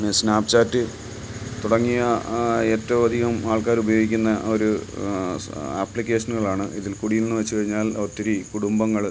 Snapchat തുടങ്ങിയ ഏറ്റവുമധികം ആൾക്കാർ ഉപയോഗിക്കുന്ന ഒരു ആപ്ലിക്കേഷനുകളാണ് ഇതിൽ കൂടിയെന്നു വച്ച് കഴിഞ്ഞാൽ ഒത്തിരി കുടുംബങ്ങൾ